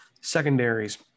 secondaries